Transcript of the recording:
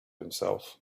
himself